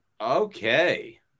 Okay